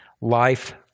life